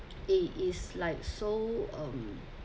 it is like so um